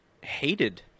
hated